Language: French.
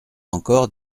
encore